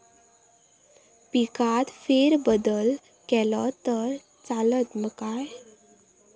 पिकात फेरबदल केलो तर चालत काय?